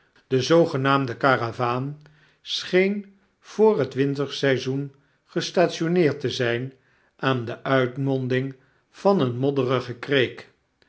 de zoogenaamde karavaan x scheen voor het winterseizoen gestationeerd te zyn aan de uitmonding van eene modderige kreek